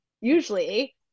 usually